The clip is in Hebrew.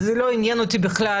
זה לא עניין אותי בכלל.